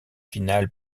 finale